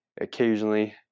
occasionally